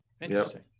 interesting